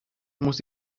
muss